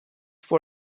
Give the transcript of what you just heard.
for